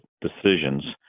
decisions